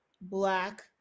black